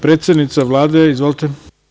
Predsednica Vlade, izvolite.